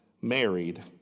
married